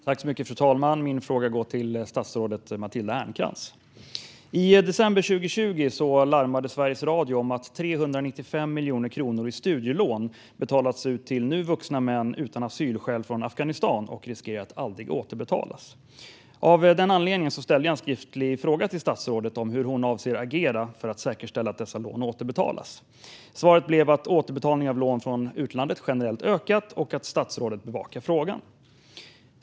Frau talman! Min fråga går till statsrådet Matilda Ernkrans. I december 2020 larmade Sveriges Radio om att 395 miljoner kronor i studielån som betalats ut till nu vuxna män från Afghanistan riskerar att aldrig återbetalas. Av den anledningen ställde jag en skriftlig fråga till statsrådet om hur hon avser att agera för att säkerställa att dessa lån återbetalas. Svaret blev att återbetalning av lån från utlandet generellt har ökat och att statsrådet bevakar frågan.